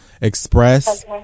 Express